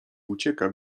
ucieka